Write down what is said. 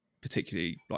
particularly